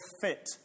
fit